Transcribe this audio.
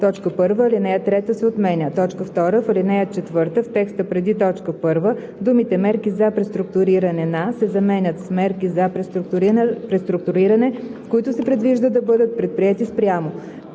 1. Алинея 3 се отменя. 2. В ал. 4, в текста преди т. 1 думите „мерки за преструктуриране на“ се заменят с „мерки за преструктуриране, които се предвижда да бъдат предприети спрямо“.